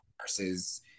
versus